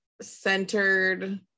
centered